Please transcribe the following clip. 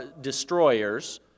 destroyers